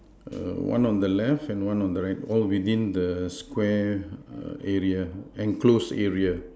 err one on the left and one on the right all within the square err area enclosed area